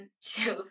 two